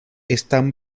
están